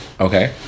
Okay